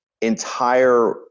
entire